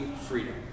freedom